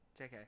JK